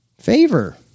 favor